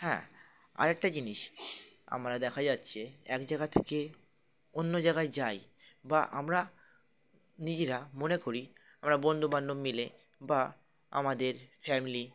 হ্যাঁ আরেকটা জিনিস আমরা দেখা যাচ্ছে এক জায়গা থেকে অন্য জায়গায় যাই বা আমরা নিজেরা মনে করি আমরা বন্ধুবান্ধব মিলে বা আমাদের ফ্যামিলি